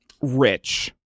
rich